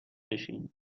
بشین